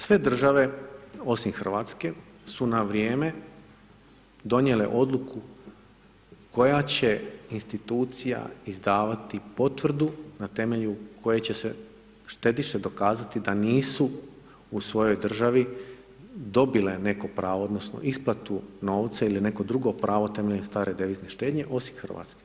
Sve države osim Hrvatske su na vrijeme donijele odluku koja će institucija izdavati potvrdu na temelju koje će se štediše dokazati da nisu u svojoj državi dobile neko pravo, odnosno isplatu novca ili neko drugo pravo temeljem stare devizne štednje osim Hrvatske.